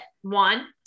One